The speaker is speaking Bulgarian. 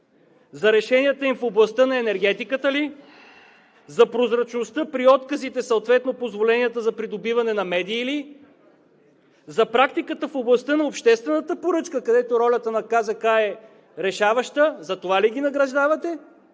за решенията им в областта на енергетиката ли, за прозрачността при отказите, съответно позволенията за придобиване на медии ли, за практиката в областта на обществената поръчка, където ролята на КЗК е решаваща – за това ли ги награждавате,